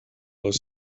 les